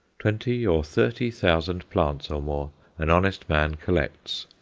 twenty or thirty thousand plants or more an honest man collects,